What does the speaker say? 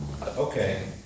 Okay